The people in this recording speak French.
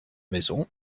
maisons